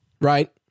Right